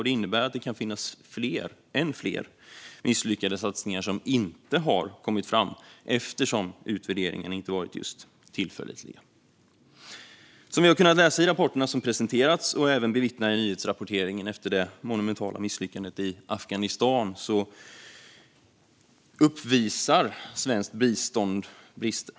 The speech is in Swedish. Det innebär att det kan finnas än fler misslyckade satsningar som inte har kommit fram eftersom utvärderingarna inte har varit just tillförlitliga. Som vi har kunnat läsa i rapporterna som presenterats och även bevittnat i nyhetsrapporteringen efter det monumentala misslyckandet i Afghanistan uppvisar svenskt bistånd brister.